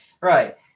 Right